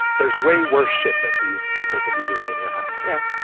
there's way worse shit that these people could be doing in your house. yeah,